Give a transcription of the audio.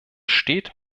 steht